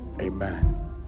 amen